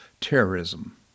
terrorism